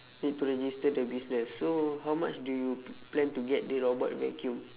need to register the business so how much do you p~ plan to get the robot vacuum